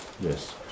Yes